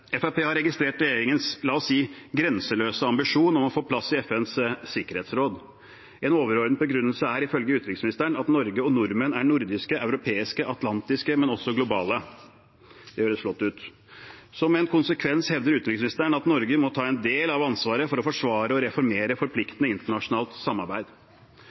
har registrert regjeringens – la oss si – grenseløse ambisjon om å få plass i FNs sikkerhetsråd. En overordnet begrunnelse er ifølge utenriksministeren at Norge og nordmenn er nordiske, europeiske, atlantiske, men også globale. Det høres flott ut. Som en konsekvens hevder utenriksministeren at Norge må ta en del av ansvaret for å forsvare og reformere forpliktende internasjonalt samarbeid.